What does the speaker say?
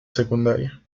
secundaria